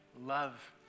love